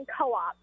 co-op